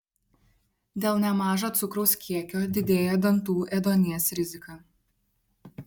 dėl nemažo cukraus kiekio didėja dantų ėduonies rizika